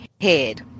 head